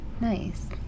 Nice